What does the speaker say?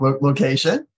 location